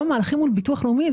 גם המהלכים מול ביטוח לאומי,